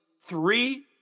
three